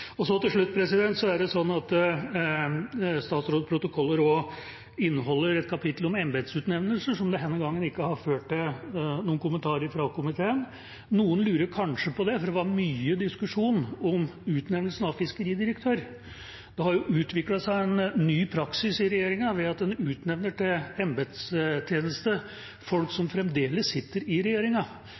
Til slutt: Statsrådets protokoller inneholder også et kapittel om embetsutnevnelser, som denne gangen ikke har ført til noen kommentarer fra komiteen. Noen lurer kanskje på det, for det var mye diskusjon om utnevnelsen av fiskeridirektør. Det har utviklet seg en ny praksis i regjeringa ved at en utnevner til embetstjeneste folk som fremdeles sitter i regjeringa.